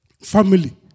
family